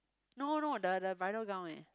no no the the bridal gown eh